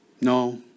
no